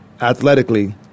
athletically